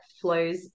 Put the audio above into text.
flows